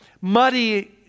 muddy